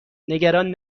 نگران